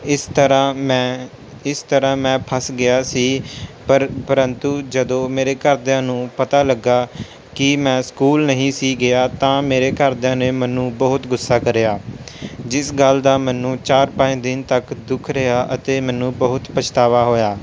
ਇਸ ਤਰ੍ਹਾਂ ਮੈ ਇਸ ਤਰ੍ਹਾਂ ਮੈਂ ਫੱਸ ਗਿਆ ਸੀ ਪਰ ਪਰੰਤੂ ਜਦੋਂ ਮੇਰੇ ਘਰਦਿਆਂ ਨੂੰ ਪਤਾ ਲੱਗਾ ਕਿ ਮੈਂ ਸਕੂਲ ਨਹੀਂ ਸੀ ਗਿਆ ਤਾਂ ਮੇਰੇ ਘਰਦਿਆਂ ਨੇ ਮੈਨੂੰ ਬਹੁਤ ਗੁੱਸਾ ਕਰਿਆ ਜਿਸ ਗੱਲ ਦਾ ਮੈਨੂੰ ਚਾਰ ਪੰਜ ਦਿਨ ਤੱਕ ਦੁੱਖ ਰਿਹਾ ਅਤੇ ਮੈਨੂੰ ਬਹੁਤ ਪਛਤਾਵਾ ਹੋਇਆ